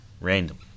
random